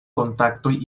kontaktojn